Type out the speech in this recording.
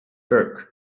kirk